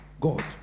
God